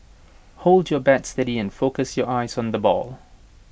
hold your bat steady and focus your eyes on the ball